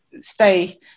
Stay